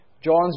John's